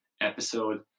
episode